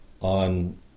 on